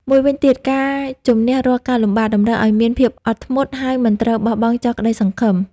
មួយវិញទៀត ការជម្នះរាល់ការលំបាក តម្រូវឲ្យមានភាពអត់ធ្មត់ ហើយមិនត្រូវបោះបង់ចោលក្តីសង្ឃឹម។